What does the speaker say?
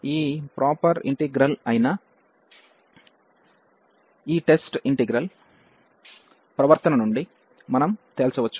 ఈ proper integral అయిన ఈ టెస్ట్ ఇంటిగ్రల్ ప్రవర్తన నుండి మనం తేల్చవచ్చు